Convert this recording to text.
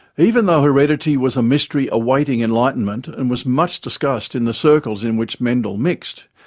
even though heredity was a mystery awaiting enlightenment and was much discussed in the circles in which mendel mixed,